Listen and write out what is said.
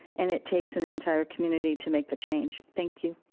and it takes an entire community to make the change. thank you.